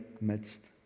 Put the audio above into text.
midst